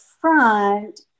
front